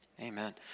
Amen